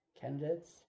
candidates